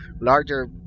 Larger